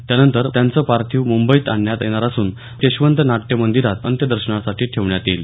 त्यानंतर त्यांचं पार्थिव मुंबईत आणण्यात येणार असून यशवंत नाट्य मंदिरात अंत्यदर्शनासाठी ठेवण्यात येईल